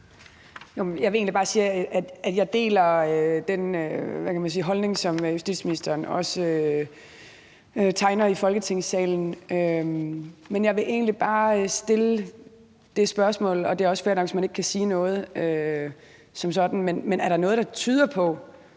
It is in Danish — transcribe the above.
Jeg vil bare sige, at jeg deler den holdning, som justitsministeren også tegner et billede af i Folketingssalen. Men jeg vil egentlig også bare stille det spørgsmål, og det er også fair nok, hvis man ikke kan sige noget om det som sådan, om der er noget, der tyder på,